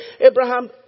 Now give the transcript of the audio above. Abraham